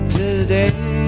today